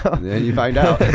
you find out.